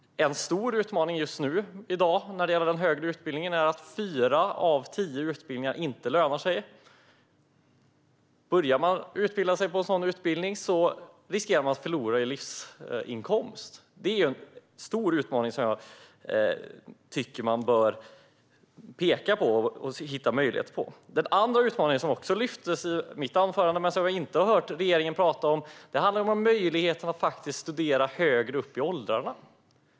En stor utmaning i dag för den högre utbildningen är att fyra av tio utbildningar inte lönar sig. Om man börjar studera på en sådan utbildning riskerar man att förlora i livsinkomst. Det här är en stor utmaning som jag tycker att man bör peka på och hitta möjligheter för. Den andra utmaningen som lyftes fram i mitt anförande, men som jag inte har hört regeringen tala om, handlar om möjligheter att studera högre upp i åldrarna.